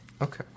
Okay